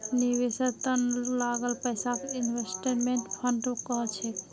निवेशेर त न लगाल पैसाक इन्वेस्टमेंट फण्ड कह छेक